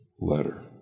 letter